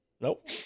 Nope